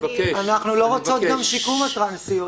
אנחנו לא רוצות גם שיקום, הטרנסיות.